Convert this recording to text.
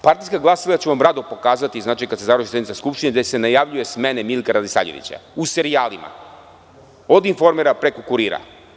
Partijska glasila ću vam rado pokazati, kada se završi sednica Skupštine, gde se najavljuje smena Miljka Radisavljevića u serijalima, od „Informera“ preko „Kurira“